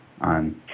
on